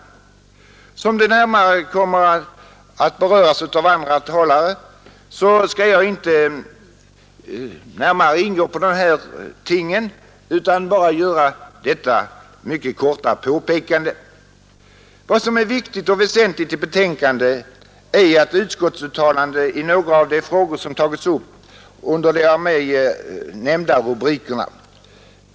Eftersom de närmare kommer att beröras av andra talare skall jag inte ingå på dem utan bara göra detta mycket korta påpekande. Vad som är viktigt och väsentligt i betänkandet är utskottets uttalande i några av de frågor som tagits upp under de av mig nämnda rubrikerna.